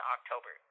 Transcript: October